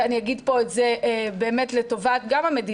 אני אגיד פה את זה באמת גם לטובת המדינה,